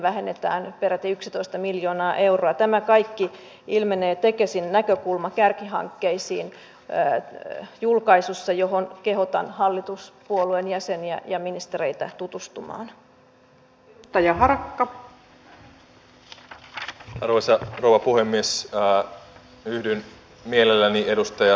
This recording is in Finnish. siinä mielessä kannattaa ihan vakavasti miettiä niitä esityksiä mitä vaikkapa vatt tai aalto yliopisto ovat tehneet fiskaalisen devalvaation näkökulmasta tai sosiaalidemokraatit esittäneet emu puskureiden käytöstä koska se olisi vähemmän harmillinen meidän kotimarkkinoillemme